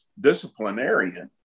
disciplinarian